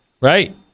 right